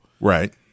Right